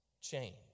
change